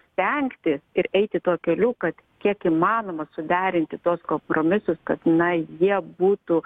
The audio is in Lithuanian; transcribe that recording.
stengtis ir eiti tuo keliu kad kiek įmanoma suderinti tuos kompromisus kad na jie būtų